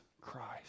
Christ